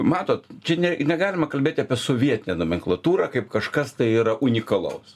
matot čia negalima kalbėti apie sovietinę nomenklatūrą kaip kažkas tai yra unikalaus